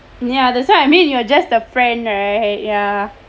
ya that's why I mean you're just a friend right ya